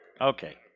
Okay